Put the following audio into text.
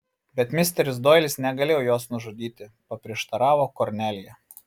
bet misteris doilis negalėjo jos nužudyti paprieštaravo kornelija